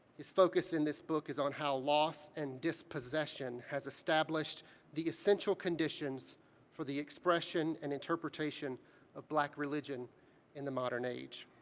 his focus in this book is on how loss and dispossession has established the essential conditions for the expression and interpretation of black religion in the modern age.